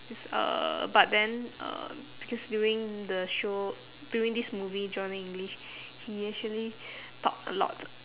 it's a but then uh because during the show during this movie johnny english he actually talk a lot